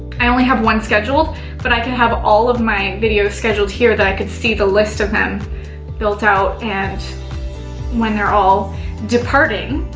i only have one scheduled but i can have all of my videos scheduled here that i could see the list of them built out and when they're all departing.